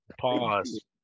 Pause